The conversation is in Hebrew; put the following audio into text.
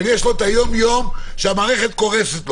אבל יש לו את היום-יום שהמערכת קורסת לו.